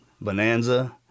Bonanza